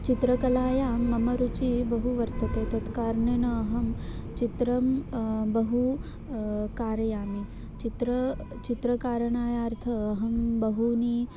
चित्रकलायां मम रुचिः बहु वर्तते तत्कारणेन अहं चित्रं बहु कारयामि चित्रं चित्रकारणार्थम् अहं बहूनि